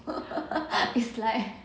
is like